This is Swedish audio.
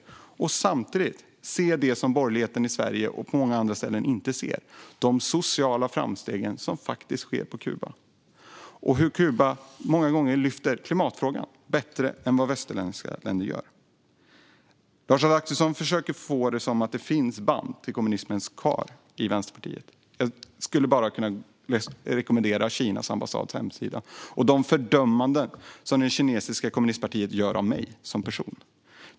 Samtidigt handlar det om att se det som borgerligheten i Sverige och på många andra ställen inte ser, nämligen de sociala framsteg som faktiskt sker på Kuba och hur Kuba många gånger lyfter klimatfrågan bättre än vad västerländska länder gör. Lars Adaktusson försöker få det till att det finns band till kommunismen kvar i Vänsterpartiet. Jag skulle kunna rekommendera honom att titta på Kinas ambassads hemsida och de fördömanden som det kinesiska kommunistpartiet gör av mig som person.